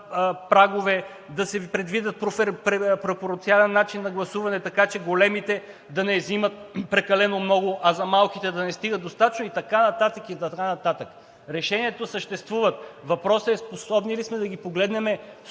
прагове, да се предвиди пропорционален начин на гласуване, така че големите да не взимат прекалено много, а за малките да не стига достатъчно и така нататък, и така нататък. Решението съществува. Въпросът е: способни ли сме да ги погледнем